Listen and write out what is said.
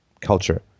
culture